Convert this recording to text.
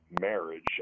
marriage